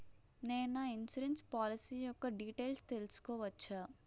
నేను నా insurance policy యెక్క డీటైల్స్ తెల్సుకోవచ్చా?